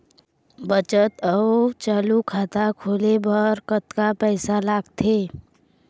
बचत अऊ चालू खाता खोले बर कतका पैसा लगथे?